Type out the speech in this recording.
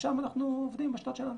ושם אנחנו עובדים בשיטות שלנו.